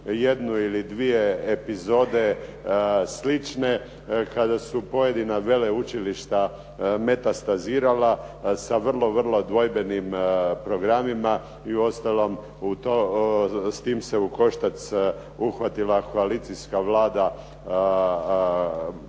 jednu ili dvije epizode slične kada su pojedina veleučilišta metastazirala sa vrlo, vrlo dvojbenim programima i uostalom s tim se u koštac uhvatila Koalicijska vlada